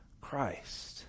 Christ